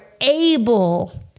able